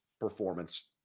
Performance